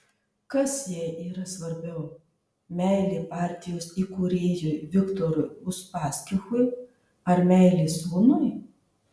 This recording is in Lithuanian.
kas jai yra svarbiau meilė partijos įkūrėjui viktorui uspaskichui ar meilė sūnui